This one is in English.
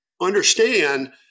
understand